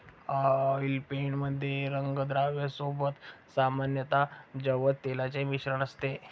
oil paint मध्ये रंगद्रव्या सोबत सामान्यतः जवस तेलाचे मिश्रण असते